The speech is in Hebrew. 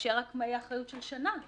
יאפשר רק אחריות של שנה.